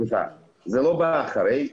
זה לא בא אחרי.